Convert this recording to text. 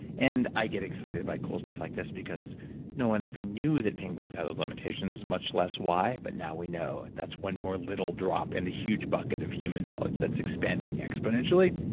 and i get excited by cool stuff like this because no one even knew that penguins had those limitations, much less why. but now we know, and that's one more little drop in the huge bucket of human knowledge that's expanding exponentially,